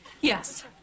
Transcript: Yes